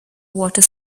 water